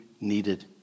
needed